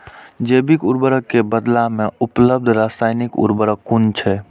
जैविक उर्वरक के बदला में उपलब्ध रासायानिक उर्वरक कुन छै?